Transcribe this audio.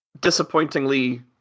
disappointingly